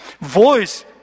Voice